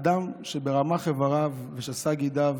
אדם שברמ"ח אבריו ושס"ה גידיו